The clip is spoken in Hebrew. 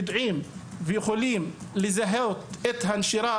אז יודעים איך ויכולים לזהות את הנשירה